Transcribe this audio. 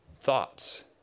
thoughts